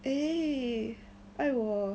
eh 爱我